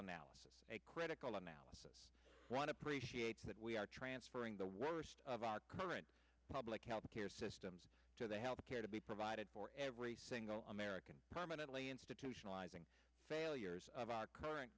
analysis a critical analysis one appreciates that we are transferring the worst of our current public health care systems to the health care to be provided for every single american permanently institutionalizing failures of our current